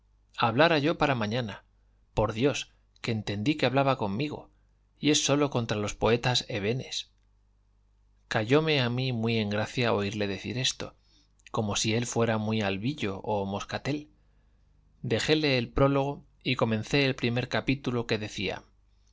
hablara yo para mañana por dios que entendí que hablaba conmigo y es sólo contra los poetas hebenes cayóme a mí muy en gracia oírle decir esto como si él fuera muy albillo o moscatel dejé el prólogo y comencé el primer capítulo que decía